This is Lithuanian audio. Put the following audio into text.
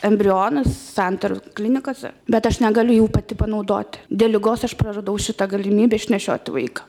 embrionus santaros klinikose bet aš negaliu jų pati panaudoti dėl ligos aš praradau šitą galimybę išnešioti vaiką